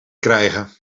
krijgen